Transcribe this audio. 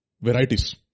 varieties